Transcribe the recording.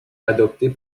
adoptée